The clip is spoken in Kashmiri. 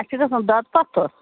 اَسہِ چھِ گژھن دۄدٕ پَتھر